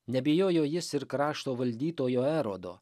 neabejojo jis ir krašto valdytojo erodo